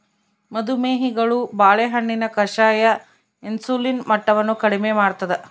ಮದು ಮೇಹಿಗಳು ಬಾಳೆಹಣ್ಣಿನ ಕಷಾಯ ಇನ್ಸುಲಿನ್ ಮಟ್ಟವನ್ನು ಕಡಿಮೆ ಮಾಡ್ತಾದ